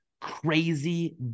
crazy